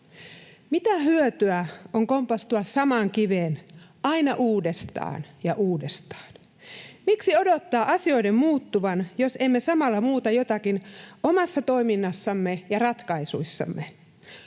Mitä hyötyä on kompastua samaan kiveen aina uudestaan ja uudestaan? Miksi odottaa asioiden muuttuvan, jos emme samalla muuta jotakin omassa toiminnassamme ja ratkaisuissamme?